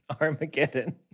Armageddon